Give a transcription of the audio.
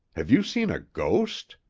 have you seen a ghost?